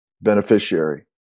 beneficiary